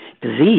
disease